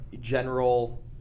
general